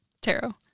tarot